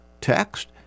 text